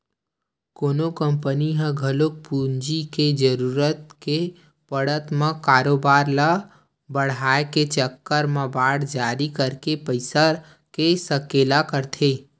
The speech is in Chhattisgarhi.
कोनो कंपनी ह घलो पूंजी के जरुरत के पड़त म कारोबार ल बड़हाय के चक्कर म बांड जारी करके पइसा के सकेला करथे